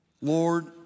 Lord